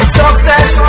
success